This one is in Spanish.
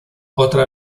otra